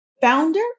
founder